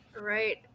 right